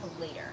later